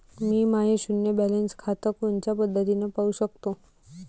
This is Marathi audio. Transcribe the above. मी माय शुन्य बॅलन्स खातं कोनच्या पद्धतीनं पाहू शकतो?